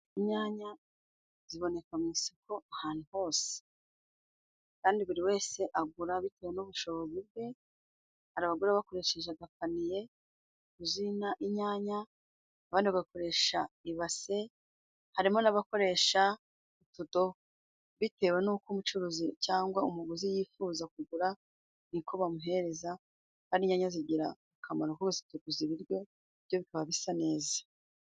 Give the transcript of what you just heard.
Inyanya ziboneka mu isoko ahantu hose. Kandi buri wese agura bitewe n'ubushobozi bwe. Hari abagura bakoresheje agapaniye kuzuye inyanya, abandi bagakoresha ibase. Hari n'abakoresha utudobo. Bitewe n'uko umucuruzi cyangwa umuguzi yifuza kugura , ni ko bamuhereza. Kandi inyanya zigira akamaro ko gutukuza ibiryo, ibiryo bikaba bisa neza.